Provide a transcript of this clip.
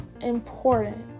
important